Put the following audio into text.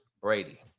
Brady